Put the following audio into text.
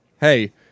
hey